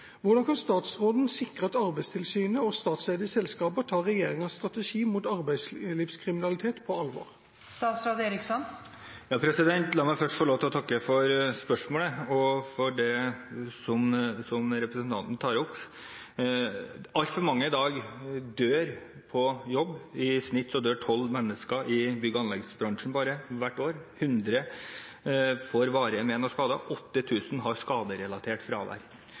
Hvordan kan statsråden sikre at Arbeidstilsynet og statseide selskaper tar regjeringas strategi mot arbeidslivskriminalitet på alvor?» La meg først få lov til å takke for spørsmålet og for det som representanten tar opp. Altfor mange i dag dør på jobb – i snitt dør tolv mennesker bare i bygg- og anleggsbransjen hvert år. 100 får varige men og skader, og 8 000 har skaderelatert fravær.